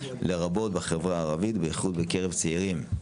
לרבות בחברה הערבית ובייחוד בקרב צעירים.